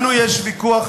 לנו יש ויכוח,